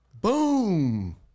Boom